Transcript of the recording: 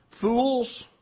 Fools